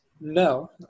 no